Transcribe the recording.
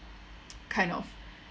kind of